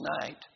tonight